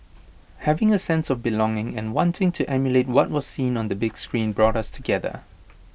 having A sense of belonging and wanting to emulate what was seen on the big screen brought us together